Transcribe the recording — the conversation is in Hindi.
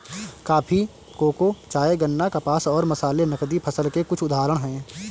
कॉफी, कोको, चाय, गन्ना, कपास और मसाले नकदी फसल के कुछ उदाहरण हैं